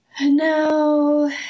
No